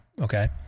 okay